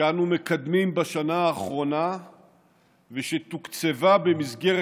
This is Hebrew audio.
שאנו מקדמים בשנה האחרונה ושתוקצבה במסגרת